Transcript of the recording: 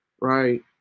right